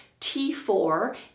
T4